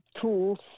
tools